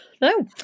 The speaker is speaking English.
no